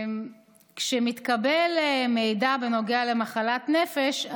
כשמתקבל מידע בנוגע למחלת נפש,